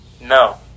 No